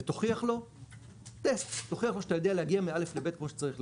ותוכיח לו שאתה יודע להגיע מא' לב' כמו שצריך,